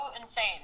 insane